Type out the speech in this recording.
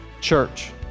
church